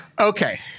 Okay